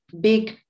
big